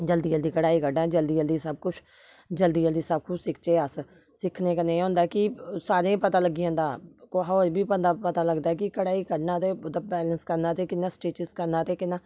जल्दी जल्दी कढाई कड्ढां जल्दी जल्दी सब कुछ जल्दी जल्दी सब कुछ सिखचै अस सिक्खने कन्नै एह् होंदा कि सारें गी पता लग्गी जंदा कुसै होर गी बी बंदा पता लगदा के कढाई कड्ढना ते ओह्दा बैलेंस करना ते कि'यां स्टिचिस करना ते कि'यां